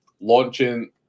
launching